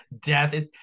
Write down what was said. death